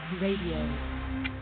Radio